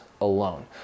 alone